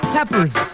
Peppers